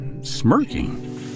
smirking